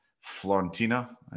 Florentina